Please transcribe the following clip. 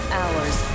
hours